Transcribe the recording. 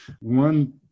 one